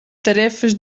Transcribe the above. tarefas